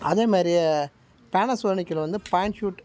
அதே மாதிரி பேனசோனிக்கில் வந்து பேன் ஷூட்